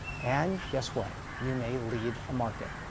and guess what? you may lead a market.